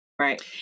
Right